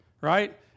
right